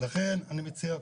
לכן אני מציע,